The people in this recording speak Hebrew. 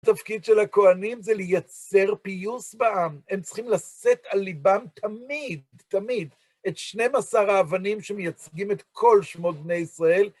התפקיד של הכהנים זה לייצר פיוס בעם, הם צריכים לשאת על ליבם תמיד, תמיד, את 12 האבנים שמייצגים את כל שמות בני ישראל.